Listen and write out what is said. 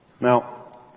Now